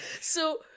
So-